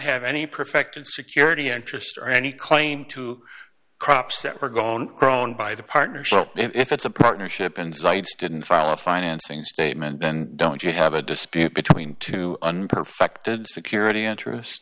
have any perfect and security interest or any claim to crops that were gone grown by the partnership if it's a partnership and sites didn't follow financing statement then don't you have a dispute between two and perfected security interest